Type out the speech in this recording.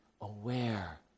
aware